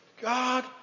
God